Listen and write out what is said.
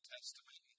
Testament